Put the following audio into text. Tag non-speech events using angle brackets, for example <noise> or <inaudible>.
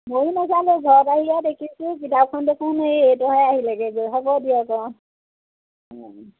ময়ো নাচালোঁ ঘৰত আহিহে দেখিছোঁ কিতাপখন দেখোন এই এইট'ৰহে আহিলে <unintelligible> হ'ব দিয়ক অ <unintelligible>